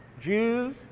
Jews